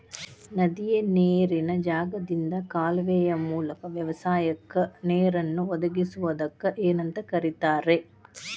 ನದಿಯ ನೇರಿನ ಜಾಗದಿಂದ ಕಾಲುವೆಯ ಮೂಲಕ ವ್ಯವಸಾಯಕ್ಕ ನೇರನ್ನು ಒದಗಿಸುವುದಕ್ಕ ಏನಂತ ಕರಿತಾರೇ?